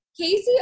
Casey